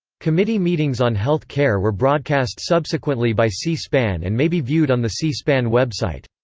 committee meetings on health care were broadcast subsequently by c-span and may be viewed on the c-span website.